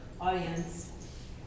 audience